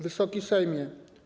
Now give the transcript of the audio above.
Wysoki Sejmie!